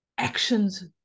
actions